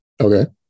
Okay